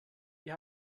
wir